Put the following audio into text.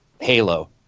halo